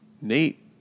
Nate